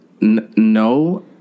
No